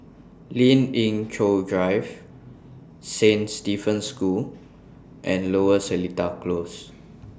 Lien Ying Chow Drive Saint Stephen's School and Lower Seletar Close